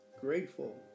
grateful